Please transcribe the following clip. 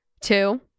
Two